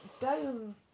dome